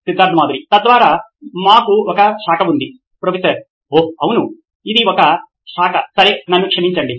Siddharth Mathuri CEO నోయిన్ electronics తద్వారా మాకు ఒక శాఖ ఉంది ప్రొఫెసర్ ఓహ్ అవును అది ఒక శాఖ సరే నన్ను క్షమించండి